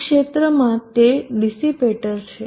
આ ક્ષેત્રમાં તે ડિસીપેટર છે